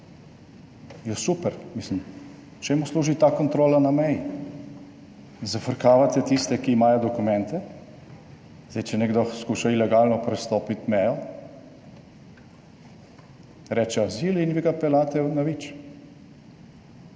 Ja, super. Mislim, čemu služi ta kontrola na meji? Zafrkavate tiste, ki imajo dokumente. Zdaj, če nekdo skuša ilegalno prestopiti mejo, reče azil in vi ga peljete na Vič.